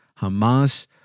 Hamas